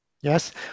Yes